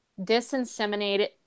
disinseminated